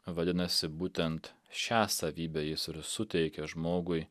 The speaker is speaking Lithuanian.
vadinasi būtent šią savybę jis ir suteikia žmogui